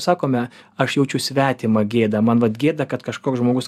sakome aš jaučiu svetimą gėdą man vat gėda kad kažkoks žmogus